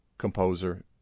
composer